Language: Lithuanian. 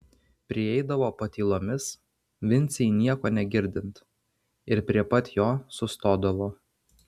prieidavo patylomis vincei nieko negirdint ir prie pat jo sustodavo